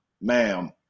ma'am